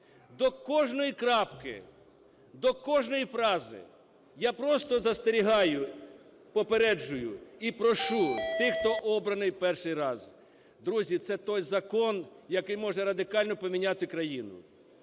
до кожної крапки, до кожної фрази. Я просто застерігаю, попереджую і прошу тих, хто обраний перший раз. Друзі, це той закон, який може радикально поміняти країну.